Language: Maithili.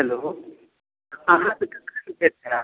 हेलो अहाँकेँ कखन भेट होयब